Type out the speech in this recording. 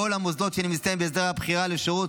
המוסדות שנמצאים בהסדר הבחירה לשירות,